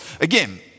again